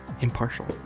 impartial